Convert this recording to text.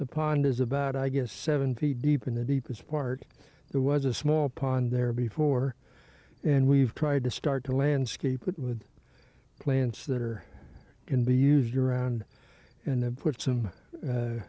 the pond is about i guess seven feet deep in the deepest part there was a small pond there before and we've tried to start a landscape with plants that are can be used around and then put some